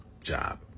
job